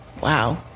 wow